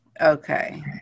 Okay